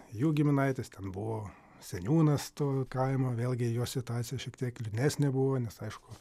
jų giminaitis ten buvo seniūnas to kaimo vėlgi jo situacija šiek tiek liūdnesnė buvo nes aišku